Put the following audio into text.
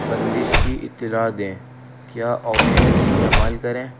بندش کی اطلاع دیں کیا آپشن استعمال کریں